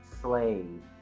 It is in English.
slave